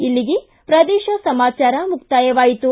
ಇಲ್ಲಿಗೆ ಪ್ರದೇಶ ಸಮಾಚಾರ ಮುಕ್ತಾಯವಾಯಿತು